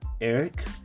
Eric